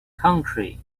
country